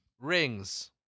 Rings